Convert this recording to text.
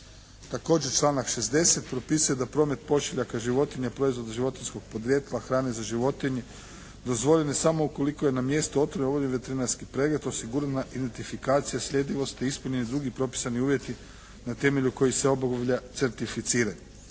Također članak 60. propisuje da promet pošiljaka životinja, proizvoda životinjskog podrijetla, hrane za životinje dozvoljen je samo ukoliko je na mjestu …/Govornik se ne razumije./… veterinarski pregled osigurana identifikacija sljedivosti i ispunjeni drugi propisani uvjeti na temelju kojih se obavlja certificiranje.